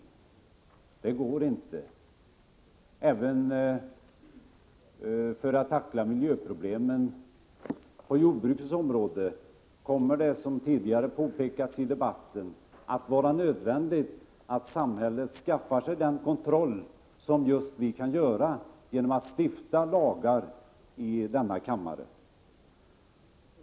Det hade inte gått. Även för att tackla miljöproblemen på jordbrukets område kommer det, som tidigare påpekats i debatten, att vara nödvändigt att samhället skaffar sig den kontroll som vi kan få genom att i denna kammare stifta lagar.